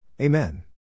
Amen